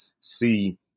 see